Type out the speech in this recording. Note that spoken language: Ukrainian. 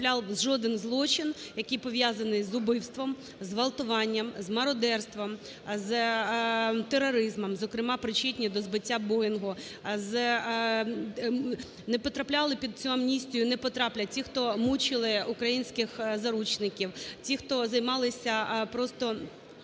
не потрапляв жоден злочин, який пов'язаний з убивством, зі зґвалтуванням, з мародерством, з тероризмом, зокрема причетні до збиття "Боїнгу". Не потрапляли під цю амністію, не потраплять ті, хто мучили українських заручників, ті, хто займалися просто